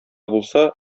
булса